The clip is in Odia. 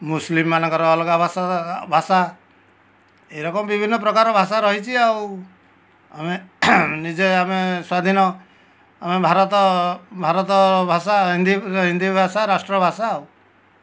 ମୁସଲିମ୍ମାନଙ୍କର ଅଲଗା ଭାଷା ଭାଷା ଏ ରକମ ବିଭିନ୍ନ ପ୍ରକାର ଭାଷା ରହିଛି ଆଉ ଆମେ ନିଜେ ଆମେ ସ୍ଵାଧୀନ ଭାରତ ଭାରତ ଭାଷା ହିନ୍ଦୀ ଭାଷା ରାଷ୍ଟ୍ର ଭାଷା ଆଉ